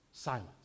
Silence